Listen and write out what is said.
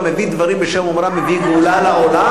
המביא דברים בשם אומרם מביא גאולה לעולם.